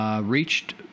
Reached